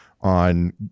on